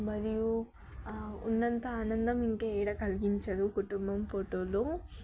మరియు ఉన్నంత ఆనందం ఇంక ఏడ కలిగించదు కుటుంబం ఫోటోలు